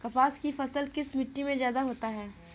कपास की फसल किस मिट्टी में ज्यादा होता है?